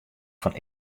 fan